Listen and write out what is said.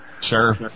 Sure